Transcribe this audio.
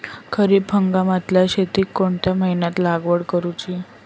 खरीप हंगामातल्या शेतीक कोणत्या महिन्यात लागवड करूची?